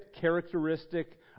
characteristic